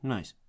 Nice